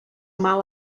mal